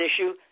issue